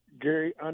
Gary